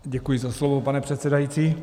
Děkuji za slovo, pane předsedající.